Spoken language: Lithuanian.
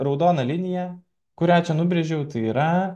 raudona linija kurią nubrėžiau tai yra